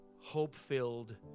hope-filled